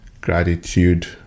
gratitude